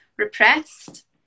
repressed